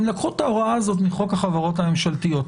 הם לקחו את ההוראה הזאת מחוק הבחרות הממשלתיות.